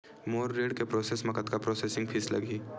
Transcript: मोर ऋण के प्रोसेस म कतका प्रोसेसिंग फीस लगही?